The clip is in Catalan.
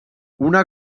una